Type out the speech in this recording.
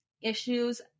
issues